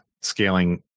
scaling